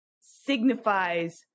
signifies